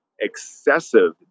excessive